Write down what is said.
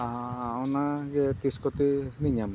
ᱟᱨᱻ ᱚᱱᱟᱜᱮ ᱛᱤᱥ ᱠᱚᱛᱮᱧ ᱧᱟᱢᱟ